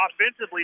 offensively